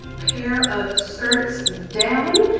pair of skirts down.